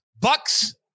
Bucks